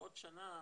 בעוד שנה,